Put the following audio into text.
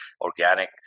organic